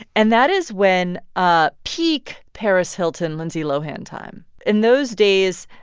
and that is when ah peak paris hilton, lindsay lohan time. in those days,